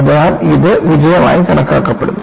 അതിനാൽ ഇത് വിജയമായി കണക്കാക്കപ്പെടുന്നു